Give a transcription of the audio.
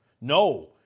No